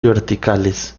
verticales